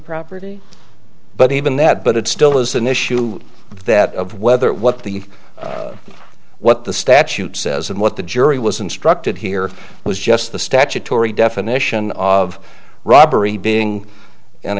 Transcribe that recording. property but even that but it still is an issue that of whether what the what the statute says and what the jury was instructed here was just the statutory definition of robbery being and